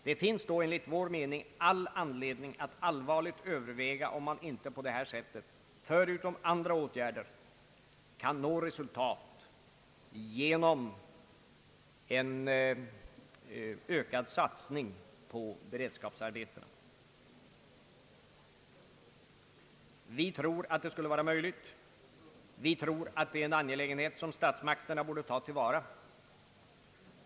Det finns då enligt vår mening all anledning att allvarligt överväga om man inte förutom genom andra åtgärder kan nå resultat genom en ökad satsning på beredskapsarbeten. Vi tror att det skulle vara möjligt. Vi anser att det är en möjlighet som statsmakterna borde ta till vara.